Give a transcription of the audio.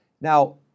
Now